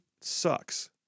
sucks